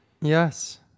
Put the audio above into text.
Yes